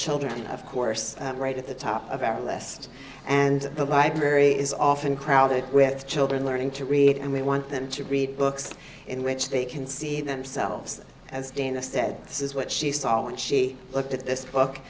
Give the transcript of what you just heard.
children of course right at the top of our list and the library is often crowded with children learning to read and we want them to read books in which they can see themselves as dana said this is what she saw when she looked at this book